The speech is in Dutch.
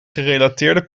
gerelateerde